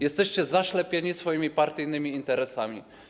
Jesteście zaślepieni swoimi partyjnymi interesami.